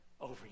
over